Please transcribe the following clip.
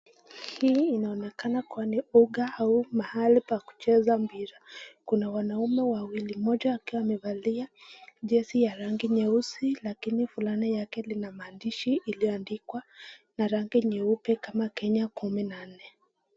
Hii inaonekana kuwa ni uga au mahali pa kucheza mpira kuna wanaume wawili. Mmoja akiwa amevalia jezi ya rangi nyeusi lakini fulana yake lina maandishi iliyoandikwa na rangi nyeupe kama kenya kumi na nne.